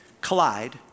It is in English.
collide